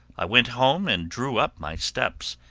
i went home and drew up my steps,